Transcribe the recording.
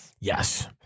Yes